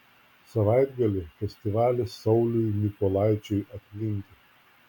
savaitgalį festivalis sauliui mykolaičiui atminti